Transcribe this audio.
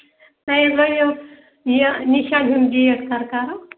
تۄہہِ حظ وَنیو یہِ نِشانہِ ہُنٛد ڈیٹ کَر کرو